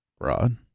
Rod